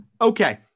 Okay